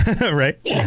right